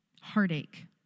heartache